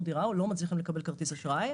דירה או לא מצליחים לקבל כרטיס אשראי,